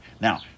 Now